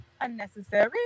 unnecessary